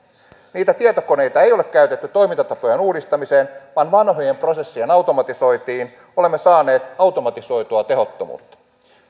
niitä tietokoneita ei ole käytetty toimintatapojen uudistamiseen vaan vanhojen prosessien automatisointiin olemme saaneet automatisoitua tehottomuutta